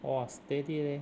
!wah! steady leh